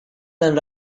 than